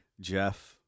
Jeff